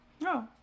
No